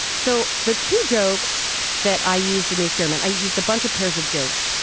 so the two jokes that i used in the experiment, i used a bunch of pairs of jokes.